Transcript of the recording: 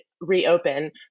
reopen